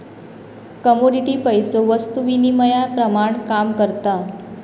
commodity पैसो वस्तु विनिमयाप्रमाण काम करता